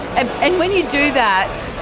and and when you do that,